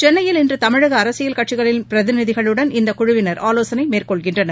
சென்னையில் இன்றுதமிழக அரசியல் கட்சிகளின் பிரதிநிதிகளுடன் இந்தக் குழுவினர்ஆலோசனை மேற்கொள்கின்றன்